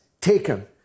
taken